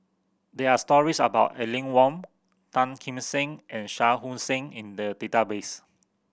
there are stories about Aline Wong Tan Kim Seng and Shah Hussain in the database